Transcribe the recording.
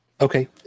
okay